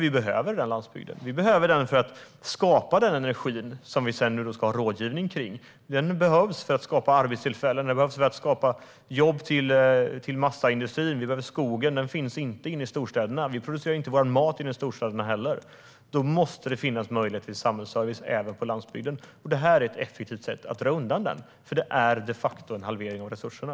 Vi behöver landsbygden för att skapa den energi som man ska ha rådgivning om. Den behövs för att skapa arbetstillfällen i massaindustrin. Skogen finns inte i storstäderna. Man producerar inte heller vår mat i storstäderna. Då måste det finnas samhällsservice även på landsbygden. Det här är ett effektivt sätt att dra undan den, eftersom det de facto innebär en halvering av resurserna.